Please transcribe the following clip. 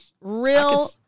Real